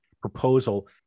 proposal